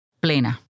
plena